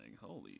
holy